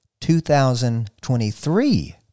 2023